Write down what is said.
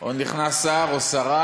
או נכנס שר, או שרה,